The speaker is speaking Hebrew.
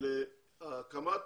הקמת